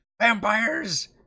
vampires